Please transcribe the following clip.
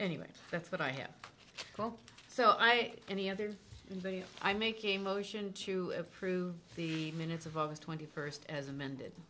anyway that's what i have so i and the others i make a motion to approve the minutes of august twenty first as amended